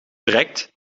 verrekt